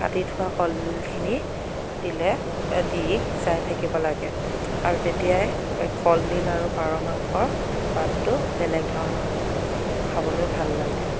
কাটি থোৱা কলডিলখিনি দিলে দি সিজাই থাকিব লাগে আৰু তেতিয়াই কলডিল আৰু পাৰ মাংসৰ সোৱাদটো বেলেগ ধৰণৰ হয় খাবলৈ ভাল লাগে